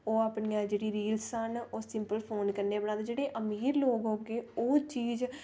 ओह् अपनियां जेहड़ियां रील न सिंपल फोन कन्ने बनांदे जेह्ड़े अमीर लोग होगे ओह् चीज